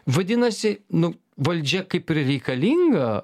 vadinasi nu valdžia kaip ir reikalinga